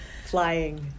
flying